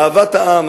אהבת העם,